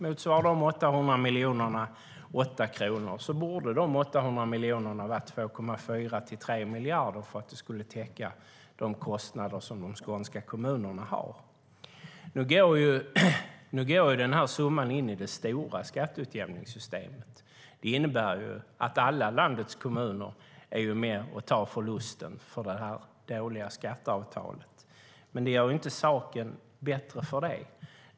Motsvarar dessa 800 miljoner 8 kronor borde de 800 miljonerna vara 2,4-3 miljarder för att de ska täcka de kostnader som de skånska kommunerna har. Denna summa går in i det stora skatteutjämningssystemet. Det innebär att alla landets kommuner är med och tar förlusten för detta dåliga skatteavtal. Men det gör inte saken bättre.